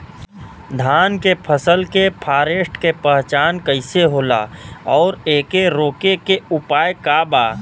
धान के फसल के फारेस्ट के पहचान कइसे होला और एके रोके के उपाय का बा?